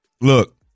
look